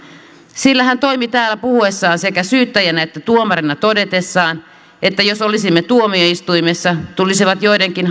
sillä hän toimi täällä puhuessaan sekä syyttäjänä että tuomarina todetessaan että jos olisimme tuomioistuimessa tulisivat joidenkin